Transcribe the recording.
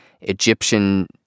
Egyptian